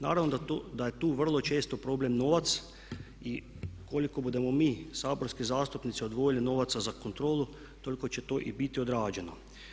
Naravno da je tu vrlo često problem novac i koliko budemo mi saborski zastupnici odvojili novaca za kontrolu toliko će to i biti odrađeno.